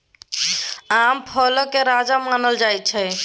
आम फलक राजा मानल जाइ छै